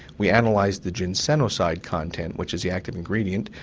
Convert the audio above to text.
we and like the ginsenoside content, which is the active ingredient,